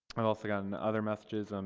and also gotten other messages. and